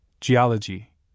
Geology